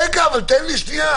רגע, תן לי שנייה.